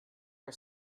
our